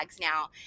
now